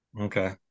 okay